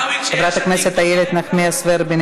חברת הכנסת איילת נחמיאס ורבין,